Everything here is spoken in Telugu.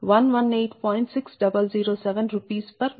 6007 RsMWhr